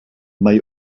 mae